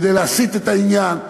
כדי להסיט את העניין,